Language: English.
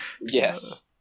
Yes